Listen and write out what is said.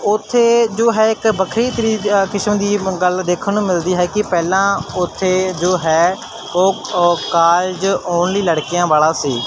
ਉੱਥੇ ਜੋ ਹੈ ਇੱਕ ਵੱਖਰੀ ਤਰੀਕ ਕਿਸਮ ਦੀ ਮ ਗੱਲ ਦੇਖਣ ਨੂੰ ਮਿਲਦੀ ਹੈ ਕਿ ਪਹਿਲਾਂ ਉੱਥੇ ਜੋ ਹੈ ਉਹ ਉਹ ਕਾਲਜ ਓਨਲੀ ਲੜਕੀਆਂ ਵਾਲਾ ਸੀ